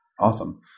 Awesome